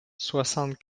soixante